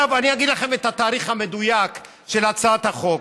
עכשיו אני אגיד לכם את התאריך המדויק של הצעת החוק.